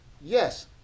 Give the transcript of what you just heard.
yes